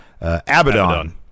Abaddon